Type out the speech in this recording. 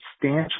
substantially